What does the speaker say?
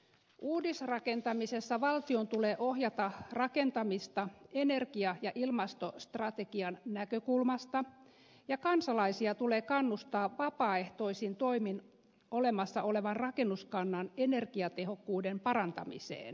uudisrakentamisessa valtion tulee ohjata rakentamista energia ja ilmastostrategian näkökulmasta ja kansalaisia tulee kannustaa vapaaehtoisin toimin olemassa olevan rakennuskannan energiatehokkuuden parantamiseen